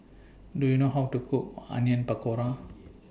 Do YOU know How to Cook Onion Pakora